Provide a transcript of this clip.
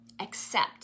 accept